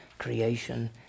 creation